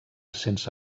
sense